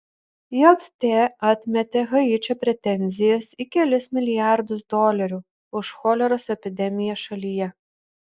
jt atmetė haičio pretenzijas į kelis milijardus dolerių už choleros epidemiją šalyje